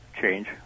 change